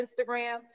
Instagram